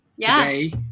today